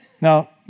now